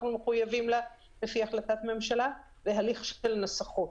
מחויבים לפי החלטת הממשלה והליך של נסחות.